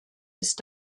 ist